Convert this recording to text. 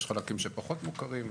יש חלקים שפחות מוכרים.